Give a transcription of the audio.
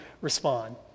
respond